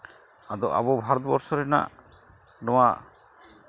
ᱟᱫᱚ ᱟᱵᱚ ᱵᱷᱟᱨᱚᱛᱵᱚᱨᱥᱚ ᱨᱮᱱᱟᱜ ᱱᱚᱣᱟ